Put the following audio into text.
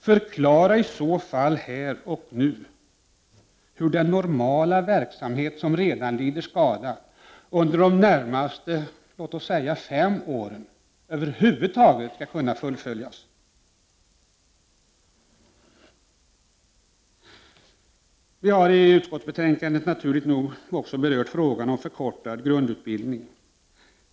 Förklara i så fall här och nu hur den normala verksamheten som redan lider skada över huvud taget skall kunna fullföljas under t.ex.de närmaste fem åren. Vi har i utskottsbetänkandet naturligt nog också berört frågan om förkortad grundutbildning.